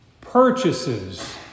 purchases